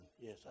yes